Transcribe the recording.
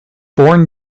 born